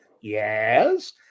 yes